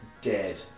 Dead